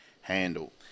handle